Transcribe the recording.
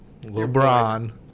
LeBron